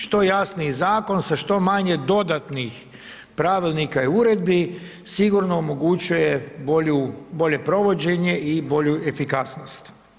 Što jasniji zakon, sa što manje dodatnih pravilnika i uredbi sigurno omogućuje bolju, bolje provođenje i bolju efikasnost.